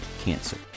cancer